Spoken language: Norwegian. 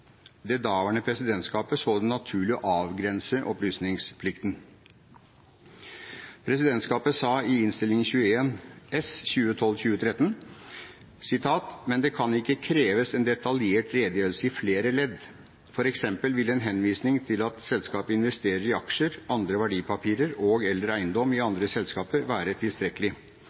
Det daværende presidentskapet så det som naturlig å avgrense opplysningsplikten. Presidentskapet sa i Innst. 21 S for 2012–2013: «Men det kan ikke kreves en detaljert redegjørelse i flere ledd. For eksempel vil en henvisning til at et selskap investerer i aksjer, andre verdipapirer og/eller eiendom i andre selskaper være tilstrekkelig.